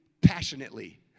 passionately